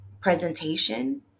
presentation